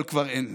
אבל כבר אין להם.